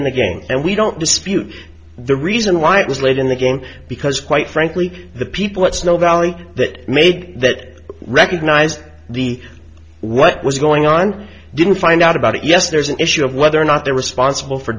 in the game and we don't dispute the reason why it was late in the game because quite frankly the people at snow valley that made that recognized the what was going on didn't find out about it yes there's an issue of whether or not they're responsible for